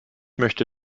möchte